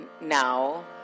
now